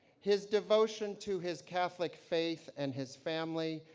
his devotion to his catholic faith and his family,